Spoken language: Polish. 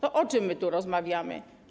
To o czym my tu rozmawiamy?